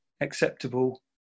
acceptable